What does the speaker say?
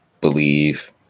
believe